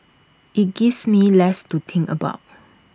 IT gives me less to think about